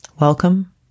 Welcome